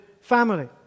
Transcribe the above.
family